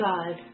God